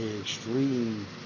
extreme